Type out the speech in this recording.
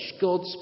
God's